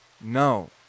no